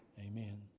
Amen